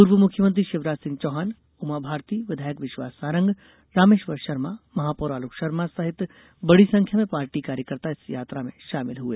पूर्व मुख्यमंत्री शिवराज सिंह चौहान उमाभारती विधायक विश्वास सांरग रामेश्वर शर्मा महापौर आलोक शर्मा सहित बडी संख्या में पार्टी कार्यकर्ता इस यात्रा में शामिल हुए